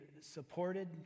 supported